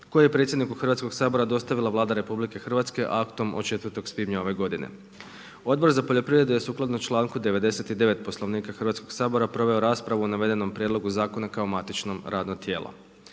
koji je predsjedniku Hrvatskog sabora dostavila Vlada RH aktom od 04. svibnja ove godine. Odbor za poljoprivredu je sukladno članku 99. Poslovnika Hrvatskog sabora proveo raspravu o navedenom prijedlogu zakona kao matičnom radno tijelo.